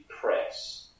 press